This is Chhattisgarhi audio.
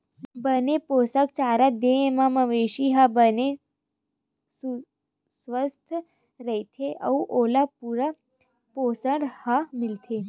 बने पोसक चारा दे म मवेशी ह बने सुवस्थ रहिथे अउ ओला पूरा पोसण ह मिलथे